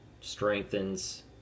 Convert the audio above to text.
strengthens